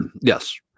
Yes